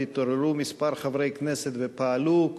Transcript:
התעוררו כמה חברי כנסת ופעלו,